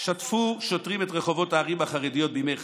שטפו שוטרים את רחובות הערים החרדיות בימי חג.